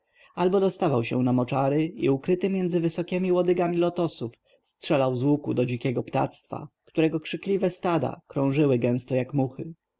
albo dostawał się na moczary i ukryty między wysokiemi łodygami lotosów strzelał z łuku do dzikiego ptactwa którego krzykliwe stada krążyły gęsto jak muchy